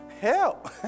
Help